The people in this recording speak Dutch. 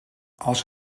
als